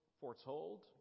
foretold